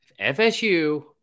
FSU